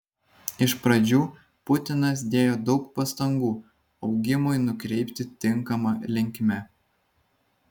iš pradžių putinas dėjo daug pastangų augimui nukreipti tinkama linkme